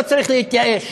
לא צריך להתייאש.